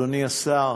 אדוני השר,